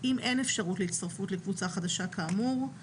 אם אין אפשרות להצטרפות לקבוצה חדשה כאמור,